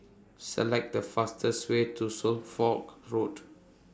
Select The fastest Way to Suffolk Road